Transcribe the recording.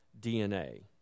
DNA